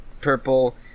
Purple